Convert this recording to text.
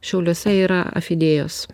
šiauliuose yra afidėjos